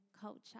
culture